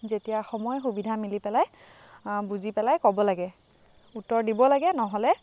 যেতিয়া সময় সুবিধা মিলি পেলাই বুজি পেলাই ক'ব লাগে উত্তৰ দিব লাগে নহ'লে